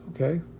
Okay